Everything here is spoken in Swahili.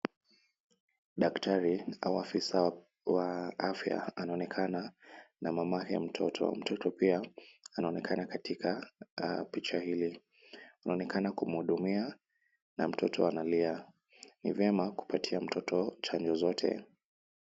Daktari au afisa wa afya anaonekana na mamake mtoto pia anaonekana katika picha hili. Anaonekana kumhudumia na mtoto analia. Ni vyema kupatia mtoto chanjo zote.